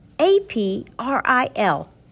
A-P-R-I-L